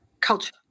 culture